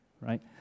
right